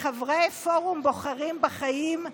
לחברי פורום "בוחרים בחיים",